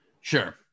sure